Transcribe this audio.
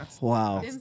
Wow